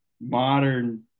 modern